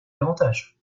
davantage